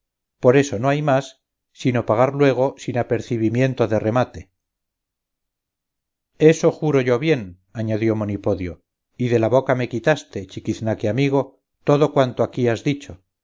por eso no hay más sino pagar luego sin apercebimiento de remate eso juro yo bien añadió monipodio y de la boca me quitaste chiquiznaque amigo todo cuanto aquí has dicho